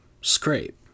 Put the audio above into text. scrape